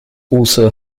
also